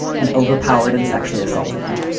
and overpowered and sexually assaulted him.